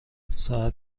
ساعت